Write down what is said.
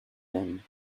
them